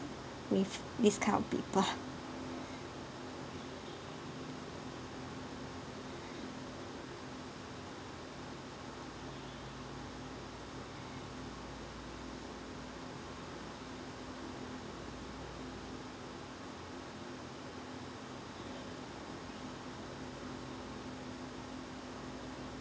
with this kind of people